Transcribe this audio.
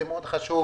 זה מאוד חשוב.